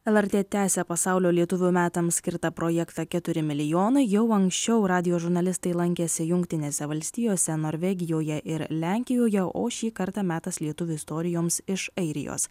lrt tęsia pasaulio lietuvių metams skirtą projektą keturi milijonai jau anksčiau radijo žurnalistai lankėsi jungtinėse valstijose norvegijoje ir lenkijoje o šį kartą metas lietuvių istorijoms iš airijos